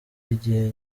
igihe